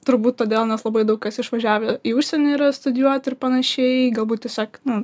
turbūt todėl nes labai daug kas išvažiavę į užsienį studijuot ir panašiai galbūt tiesiog nu